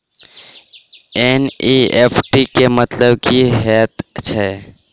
NEFT केँ मतलब की हएत छै?